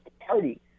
party